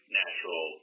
natural